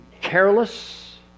careless